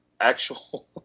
Actual